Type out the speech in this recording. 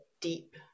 deep